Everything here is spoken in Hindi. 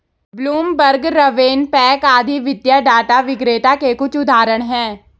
ब्लूमबर्ग, रवेनपैक आदि वित्तीय डाटा विक्रेता के कुछ उदाहरण हैं